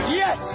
yes